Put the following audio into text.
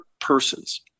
persons